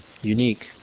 unique